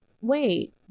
wait